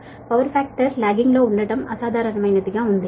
8 power factor lagging లో ఉండటం అసాధారణమైనదిగా ఉంది